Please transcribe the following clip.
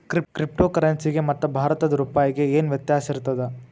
Crypto ಕರೆನ್ಸಿಗೆ ಮತ್ತ ಭಾರತದ್ ರೂಪಾಯಿಗೆ ಏನ್ ವ್ಯತ್ಯಾಸಿರ್ತದ?